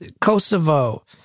Kosovo